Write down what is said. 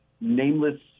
nameless